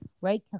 right